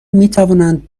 میتوانند